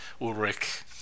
Ulrich